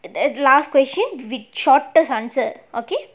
the last question we shortest answer okay